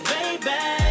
Baby